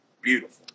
beautiful